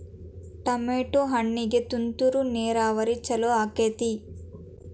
Tomato ಹಣ್ಣಿಗೆ ತುಂತುರು ನೇರಾವರಿ ಛಲೋ ಆಕ್ಕೆತಿ?